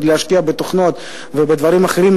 להשקיע עוד בתוכנות ובדברים אחרים,